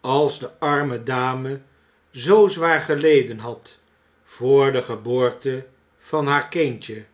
als de arme dame zoo zwaar geleden had voor de geboorte van haar kindje